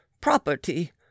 property